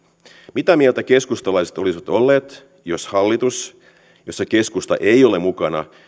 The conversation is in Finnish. mitä mieltä keskustalaiset olisivat olleet jos hallitus jossa keskusta ei ole mukana